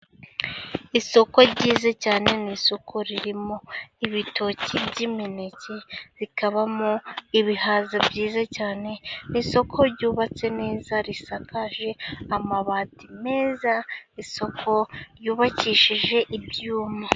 Isoko ryiza cyane .Ni isoko ririmo ibitoki by'imineke .Bikabamo ibihaza byiza cyane .Isoko ryubatse neza .Risakaje amabati meza .Isoko ryubakishije ibyuma.